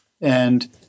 And-